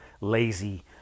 lazy